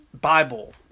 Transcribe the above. Bible